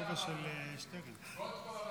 תודה רבה